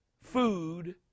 food